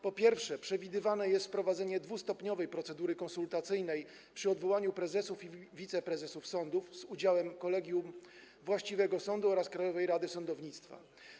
Po pierwsze, przewidywane jest wprowadzenie dwustopniowej procedury konsultacyjnej przy odwoływaniu prezesów i wiceprezesów sądu z udziałem kolegium właściwego sądu oraz Krajowej Rady Sądownictwa.